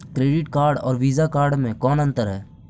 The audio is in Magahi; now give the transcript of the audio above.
क्रेडिट कार्ड और वीसा कार्ड मे कौन अन्तर है?